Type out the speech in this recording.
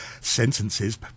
sentences